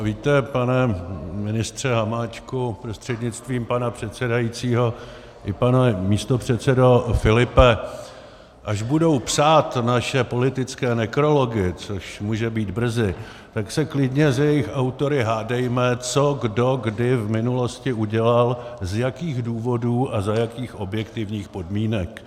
Víte, pane ministře Hamáčku prostřednictvím pana předsedajícího, i pane místopředsedo Filipe, až budou psát naše politické nekrology, což může být brzy, tak se klidně s jejich autory hádejme, co kdo kdy v minulosti udělal, z jakých důvodů a za jakých objektivních podmínek.